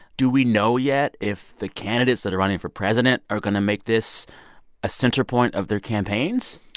do we know yet if the candidates that are running for president are going to make this a center point of their campaigns?